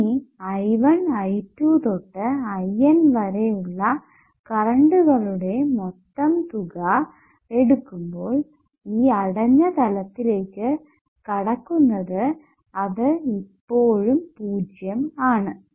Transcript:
ഇനി I1I2 തൊട്ട് IN വരെ ഉള്ള കറന്റുകളുടെ മൊത്തം തുക എടുക്കുമ്പോൾ ഈ അടഞ്ഞ തലത്തിലേക്ക് കടക്കുന്നത് അത് ഇപ്പോഴും 0 ആണ്